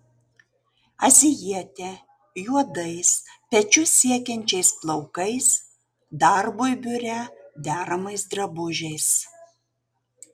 azijietė juodais pečius siekiančiais plaukais darbui biure deramais drabužiais